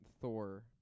Thor